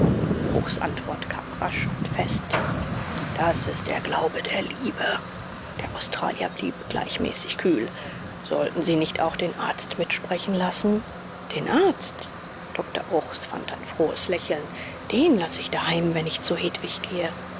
bruchs antwort kam rasch und fest das ist der glaube der liebe der australier blieb gleichmäßig kühl sollten sie nicht auch den arzt mitsprechen lassen den arzt doktor bruchs fand ein frohes lächeln den lasse ich daheim wenn ich zu hedwig gehe